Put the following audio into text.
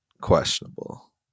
questionable